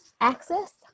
access